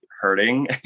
hurting